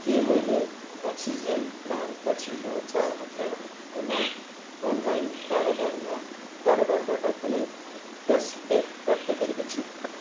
के मैले अक्सिजनमा पछिल्लो चार हप्ताहरूमा अनलाइन कारोबारमा कारोबारबाट कुनै क्यासब्याक प्राप्त गरेको छु